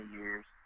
years